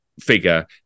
figure